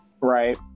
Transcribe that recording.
Right